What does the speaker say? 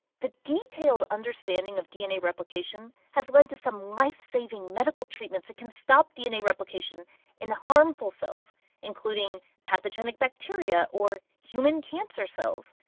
the detailed understanding of dna replication has led to some lifesaving medical treatments that can stop dna replication in harmful cells including pathogenic bacteria or human cancer cells.